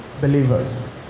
believers